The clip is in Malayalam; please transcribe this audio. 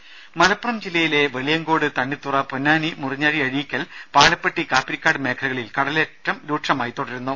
ദേദ മലപ്പുറം ജില്ലയിലെ വെളിയങ്കോട് തണ്ണിത്തുറ പൊന്നാനി മുറിഞ്ഞഴി അഴീക്കൽ പാലപ്പെട്ടി കാപ്പിരിക്കാട് മേഖലകളിൽ കടലേറ്റം രൂക്ഷമായി തുടരുന്നു